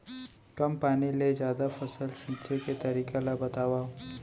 कम पानी ले जादा फसल सींचे के तरीका ला बतावव?